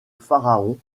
pharaon